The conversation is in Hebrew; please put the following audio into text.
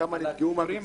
כמה נפגעו במגזר?